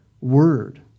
word